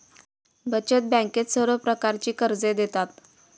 बचत बँकेत सर्व प्रकारची कर्जे देतात